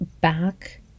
back